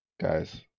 Guys